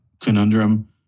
conundrum